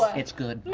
like it's good.